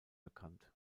bekannt